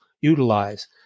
utilize